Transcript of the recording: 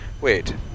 wait